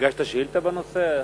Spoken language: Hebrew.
הגשת שאילתא בנושא?